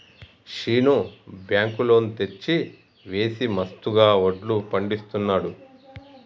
Seenu bank loan తెచ్చి వేసి మస్తుగా వడ్లు పండిస్తున్నాడు